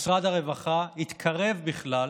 משרד הרווחה התקרב בכלל